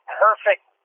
perfect